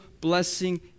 blessing